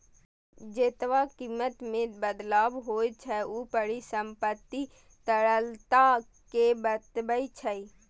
जेतबा कीमत मे बदलाव होइ छै, ऊ परिसंपत्तिक तरलता कें बतबै छै